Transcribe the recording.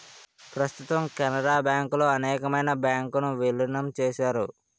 ప్రస్తుతం కెనరా బ్యాంకులో అనేకమైన బ్యాంకు ను విలీనం చేశారు